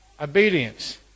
obedience